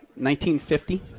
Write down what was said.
1950